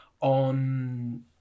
on